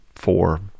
four